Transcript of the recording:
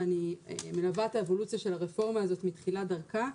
ואני מלווה את האבולוציה של הרפורמה הזאת מתחילת דרכה.